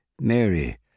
Mary